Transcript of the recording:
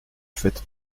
faites